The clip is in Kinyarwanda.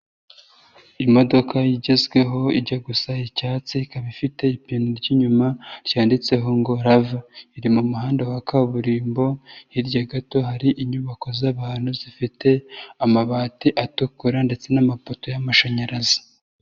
Imodoka igezweho, ijya gusa icyatsi, ikaba ifite ipine ry'inyuma ryanditseho ngo rava, iri mu muhanda wa kaburimbo, hirya gato hari inyubako z'abantu zifite amabati atukura ndetse n'amapoto y'amashanyarazi.